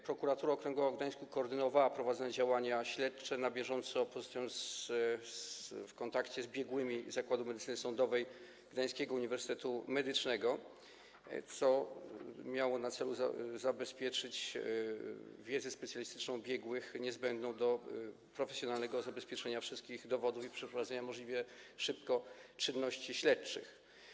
Prokuratura Okręgowa w Gdańsku koordynowała prowadzone działania śledcze, na bieżąco pozostając w kontakcie z biegłymi z Zakładu Medycyny Sądowej Gdańskiego Uniwersytetu Medycznego, co miało na celu zabezpieczenie, skorzystanie z wiedzy specjalistycznej biegłych, niezbędną do profesjonalnego zabezpieczenia wszystkich dowodów i przeprowadzenia możliwie szybko czynności śledczych.